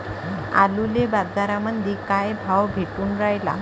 आलूले बाजारामंदी काय भाव भेटून रायला?